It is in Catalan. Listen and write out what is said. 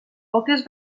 poques